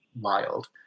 wild